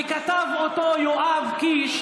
וכתב אותו יואב קיש,